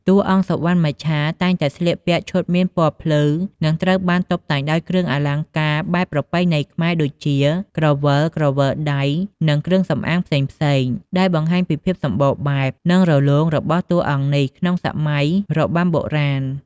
តួអង្គ សុវណ្ណមច្ឆា តែងតែស្លៀកពាក់ឈុតមានពណ៌ភ្លឺ និងត្រូវបានតុបតែងដោយគ្រឿងអលង្ការបែបប្រពៃណីខ្មែរ ដូចជា ក្រវិល ក្រវិលដៃ និងគ្រឿងសំអាងផ្សេងៗ ដែលបង្ហាញពីភាពសម្បូរបែប និងរលោងរបស់តួអង្គនេះក្នុងសម័យរបាំបុរាណ។